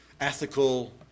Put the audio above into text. ethical